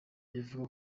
bivugwa